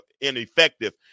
ineffective